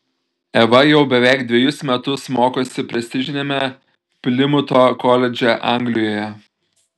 eva jau beveik dvejus metus mokosi prestižiniame plimuto koledže anglijoje